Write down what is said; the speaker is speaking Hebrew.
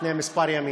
לפני כמה ימים.